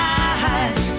eyes